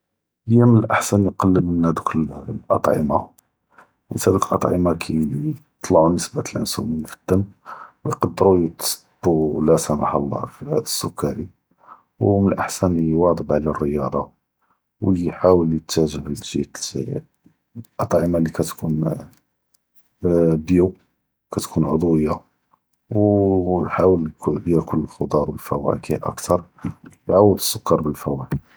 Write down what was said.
היא מן אלאחסן נקלל מן האדוק אלאט’עמה לסן האדוק אלאט’עמה כיעטלעו נסבה אלאנסולין פדה דם ו יידרו יתסתו ולא סמח אללה פי האדא סוכר או מן אלאחסן יווד’אב עלא ריאצה ו יח’תאלב לי ג’יהה ג’ליב אלאט’עמה לי ככתכון ביוא ככתכון ע’ודויה אוו יח’תאלב יאכל אלחודאר ו אלפוואכ’ה אכת’ר ו יע’ווד אלסוכר ב’לפוואכ’ה.